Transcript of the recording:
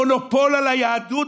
מונופול על היהדות,